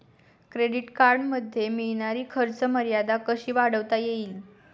Credit कार्डमध्ये मिळणारी खर्च मर्यादा कशी वाढवता येईल?